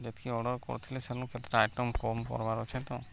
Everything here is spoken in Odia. ଯେତ୍କି ଅର୍ଡ଼ର୍ କରିଥିଲି ସେନୁ କେତେଟା ଆଇଟମ୍ କମ୍ କର୍ବାର୍ ଅଛେ ତ